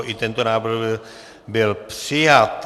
I tento návrh byl přijat.